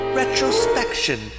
retrospection